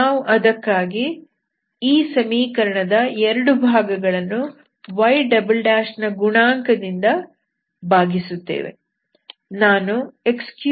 ಅದಕ್ಕಾಗಿ ನಾವು ಈ ಸಮೀಕರಣದ 2 ಭಾಗಗಳನ್ನು y ನ ಗುಣಾಂಕದಿಂದ ಭಾಗಿಸುತ್ತೇವೆ